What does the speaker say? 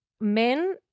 Men